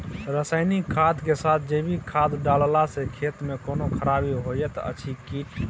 रसायनिक खाद के साथ जैविक खाद डालला सॅ खेत मे कोनो खराबी होयत अछि कीट?